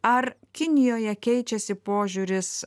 ar kinijoje keičiasi požiūris